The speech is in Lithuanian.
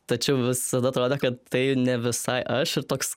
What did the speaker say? tačiau visada atrodė kad tai ne visai aš ir toks